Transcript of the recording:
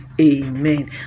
amen